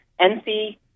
NC